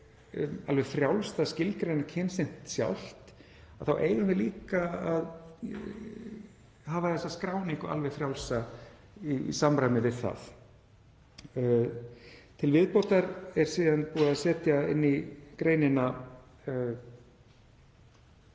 alveg frjálst að skilgreina kyn sitt sjálft þá eigum við líka að hafa þessa skráningu alveg frjálsa í samræmi við það. Til viðbótar er síðan búið að setja inn í greinina